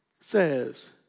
says